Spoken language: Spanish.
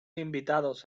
invitados